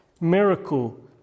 miracle